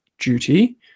duty